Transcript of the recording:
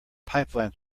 pipeline